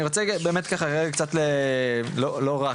אני רוצה באמת ככה רגע קצת לא רק,